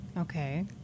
Okay